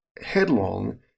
headlong